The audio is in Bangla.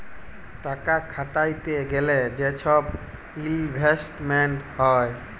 টাকা খাটাইতে গ্যালে যে ছব ইলভেস্টমেল্ট হ্যয়